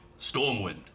Stormwind